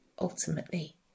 ultimately